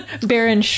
Baron